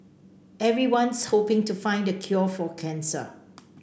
everyone's hoping to find the cure for cancer